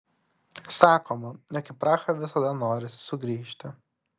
sakoma jog į prahą visada norisi sugrįžti